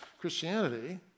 Christianity